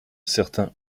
certains